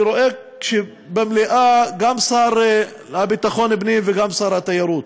אני רואה במליאה גם את השר לביטחון הפנים וגם את שר התיירות,